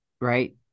right